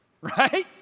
Right